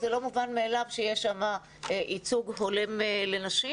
זה לא מובן מאליו שיש שם ייצוג הולם לנשים.